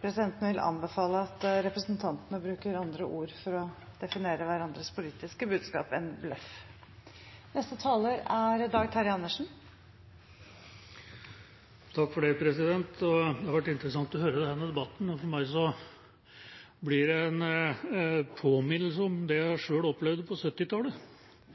Presidenten vil anbefale at representantene bruker andre ord enn «bløff» for å definere hverandres politiske budskap. Det har vært interessant å høre på denne debatten, og for meg blir det en påminnelse om det jeg sjøl opplevde på